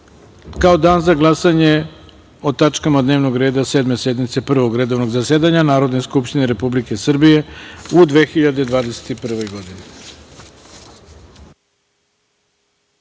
kao dan za glasanje o tačkama dnevnog reda Sedme sednice Prvog redovnog zasedanja Narodne skupštine Republike Srbije u 2021. godini. To